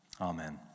Amen